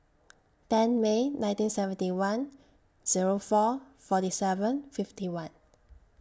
ten May nineteen seventy one Zero four forty seven fifty one